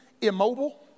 immobile